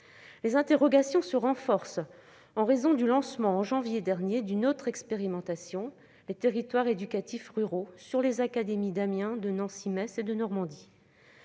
Les interrogations ont été renforcées par le lancement, en janvier dernier, d'une autre expérimentation : les territoires éducatifs ruraux, au sein des académies d'Amiens, de Nancy-Metz et de Normandie.